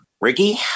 Ricky